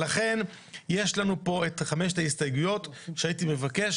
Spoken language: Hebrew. לכן יש לנו פה את חמש ההסתייגויות שהייתי מבקש